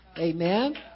Amen